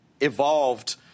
evolved